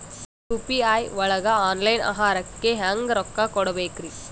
UPI ಒಳಗ online ಆಹಾರಕ್ಕೆ ಹೆಂಗ್ ರೊಕ್ಕ ಕೊಡಬೇಕ್ರಿ?